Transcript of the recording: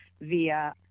via